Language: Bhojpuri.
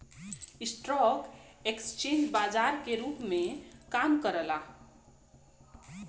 स्टॉक एक्सचेंज बाजार के रूप में काम करला